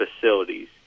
facilities